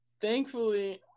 thankfully